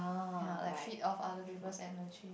ye like feed off other people's energy